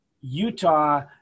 Utah